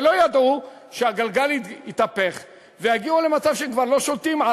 ולא ידעו שהגלגל יתהפך והם יגיעו למצב שהם כבר לא שולטים,